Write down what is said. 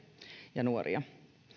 ja nuoria